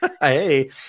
Hey